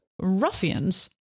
Ruffians